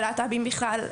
ולהט"בים בכלל,